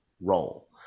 role